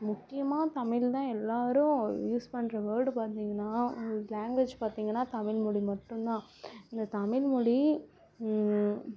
முக்கியமாக தமிழ்தான் எல்லாரும் யூஸ் பண்ணுற வேர்டு பார்த்திங்கன்னா லாங்குவேஜ் பார்த்திங்கன்னா தமிழ்மொழி மட்டும்தான் இந்த தமிழ்மொழி